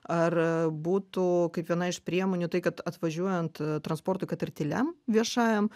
ar būtų kaip viena iš priemonių tai kad atvažiuojant transportui kad ir tyliam viešajam